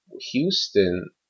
Houston